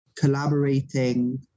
Collaborating